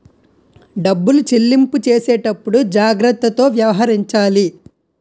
డబ్బులు చెల్లింపు చేసేటప్పుడు జాగ్రత్తతో వ్యవహరించాలి